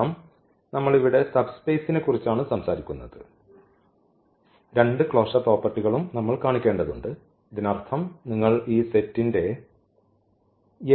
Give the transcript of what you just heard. കാരണം നമ്മൾ ഇവിടെ സബ് സ്പേസിനെക്കുറിച്ചാണ് സംസാരിക്കുന്നത് രണ്ട് ക്ലോഷർ പ്രോപ്പർട്ടികളും നമ്മൾ കാണിക്കേണ്ടതുണ്ട് ഇതിനർത്ഥം നിങ്ങൾ ഈ സെറ്റിന്റെ